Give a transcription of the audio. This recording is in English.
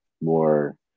more